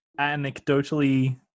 anecdotally